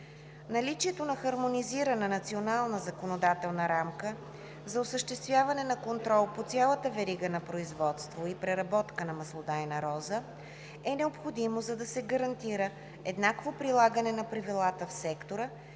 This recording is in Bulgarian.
Наличието на хармонизирана национална законодателна рамка за осъществяване на контрол по цялата верига на производство и преработка на маслодайната роза е необходимо, за да се гарантира еднакво прилагане на правилата в сектора